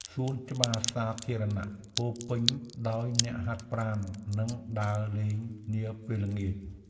សួនច្បារសាធារណៈពោរពេញដោយអ្នកហាត់ប្រាណ និងដើរលេងនាពេលល្ងាច។